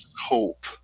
Hope